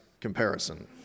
comparison